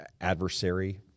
adversary